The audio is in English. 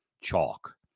chalk